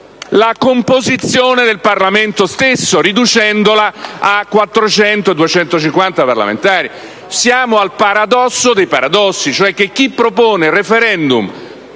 la composizione del Parlamento stesso, riducendolo a 400 e a 250 i parlamentari. Siamo al paradosso dei paradossi, perché chi propone i *referendum*